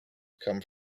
come